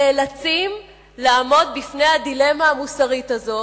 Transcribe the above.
נאלצים לעמוד בפני הדילמה המוסרית הזו